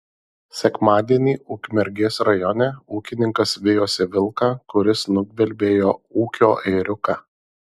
sekmadienį ukmergės rajone ūkininkas vijosi vilką kuris nugvelbė jo ūkio ėriuką